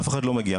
אף אחד לא מגיע,